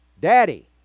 Daddy